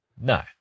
No